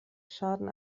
schaden